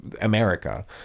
America